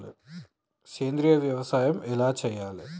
సేంద్రీయ వ్యవసాయం ఎలా చెయ్యాలే?